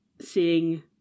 seeing